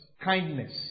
kindness